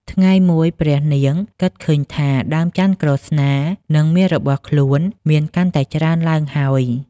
ថ្ងៃមួយព្រះនាងគិតឃើញថា ដើមចន្ទន៍ក្រស្នា និង មាសរបស់ខ្លួនមានកាន់តែច្រើនឡើងហើយ ។